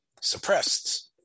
suppressed